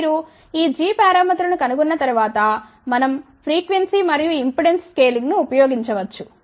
మీరు ఈ g పారామితులను కనుగొన్న తర్వాత మనం ఫ్రీక్వెన్సీ మరియు ఇంపెడెన్స్ స్కేలింగ్ను ఉపయోగించవచ్చు